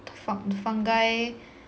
the fu~ the fungi